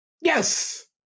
yes